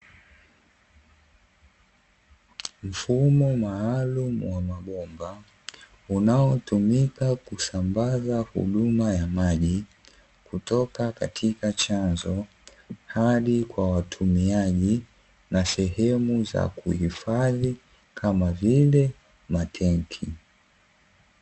Mfumo maalumu wa mabomba, unaotumika kusambaza huduma ya maji kutoka katika chanzo hadi kwa watumiaji, na sehemu za kuhifadhi kama vile matenki.